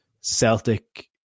Celtic